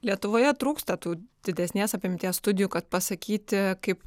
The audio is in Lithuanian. lietuvoje trūksta tų didesnės apimties studijų kad pasakyti kaip